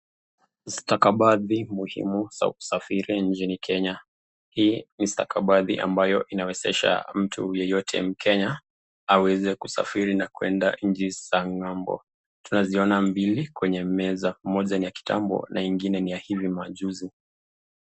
Stakabadhi muhimu za kusafiri nchini kenya hii ni stakabadhi ambayo inawezesha mtu yeyote mkenya aweze kusafiri na kuenda nchi za ng'ambo tunaziona mbili kwenye meza moja ni ya kitambo na ingine ni ya hivi majuzi.